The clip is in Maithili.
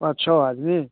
पाँच छओ आदमी